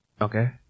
Okay